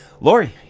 Lori